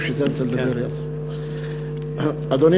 אדוני